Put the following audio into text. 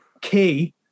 Key